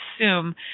assume